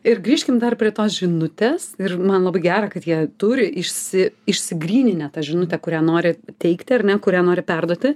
ir grįžkim dar prie žinutes ir man labai gera kad jie turi išsi išsigryninę tą žinutę kurią nori teikti ar ne kurią nori perduoti